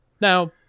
Now